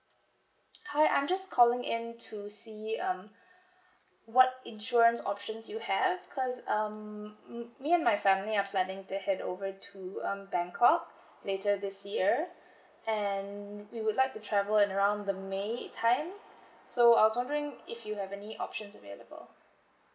hi I'm just calling in to see um what insurance options you have because um m~ me and my family are planning to head over to um bangkok later this year and we would like to travel in around the may time so I was wondering if you have any options available